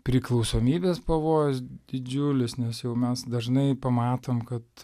priklausomybės pavojus didžiulis nes jau mes dažnai pamatom kad